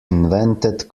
invented